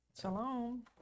Shalom